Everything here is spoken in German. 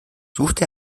suchte